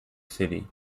city